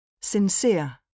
Sincere